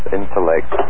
intellect